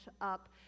up